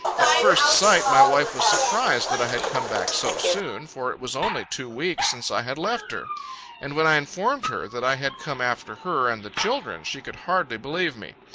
at first sight, my wife was surprised that i had come back so soon for it was only two weeks since i had left her and when i informed her that i had come after her and the children, she could hardly believe me.